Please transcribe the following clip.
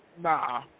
Nah